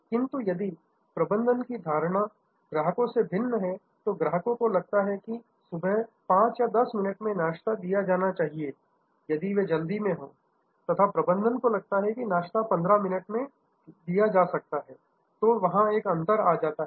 किंतु यदि प्रबंधन की धारणा ग्राहकों से भिन्न है तो ग्राहकों को लगता है कि सुबह 5 या 10 मिनट में नाश्ता दिया जाना चाहिए यदि वे जल्दी में हो तथा प्रबंधन को लगता है कि नाश्ता 15 मिनट में दिया जा सकता है तो वहां एक अंतर आ जाता है